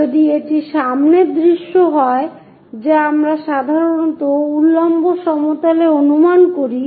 যদি এটি সামনের দৃশ্য হয় যা আমরা সাধারণত উল্লম্ব সমতলে অনুমান করি